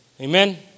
Amen